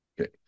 Okay